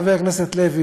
חבר הכנסת לוי,